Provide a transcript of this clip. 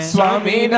Swami